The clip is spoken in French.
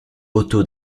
auto